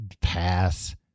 Pass